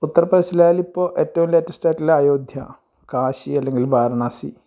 ഉത്തർപ്പെദേശിലായാൽ ഇപ്പോൾ ഏറ്റോം ലേയറ്റെസ്റ്റായിട്ടുള്ള അയോദ്ധ്യ കാശി അല്ലെങ്കിൽ വാരണാസി